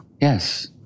Yes